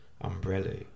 umbrella